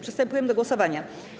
Przystępujemy do głosowania.